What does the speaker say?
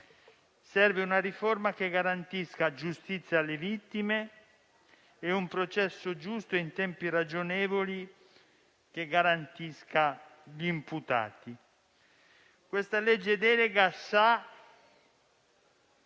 Serve una riforma che garantisca giustizia alle vittime e un processo giusto in tempi ragionevoli, una riforma che garantisca gli imputati. Questa legge delega si